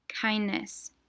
Kindness